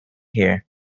here